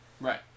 Right